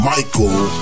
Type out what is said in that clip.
Michael